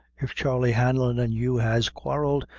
if charley hanlon and you has quarrelled,